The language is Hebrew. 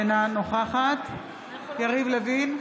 אינה נוכחת יריב לוין,